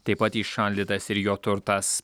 taip pat įšaldytas ir jo turtas